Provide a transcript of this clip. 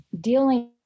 dealing